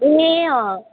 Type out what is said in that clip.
ए